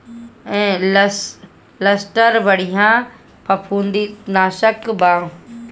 Luster बढ़िया फंफूदनाशक बा